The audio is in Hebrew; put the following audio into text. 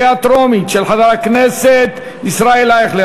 של חבר הכנסת ישראל אייכלר,